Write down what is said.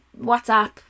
whatsapp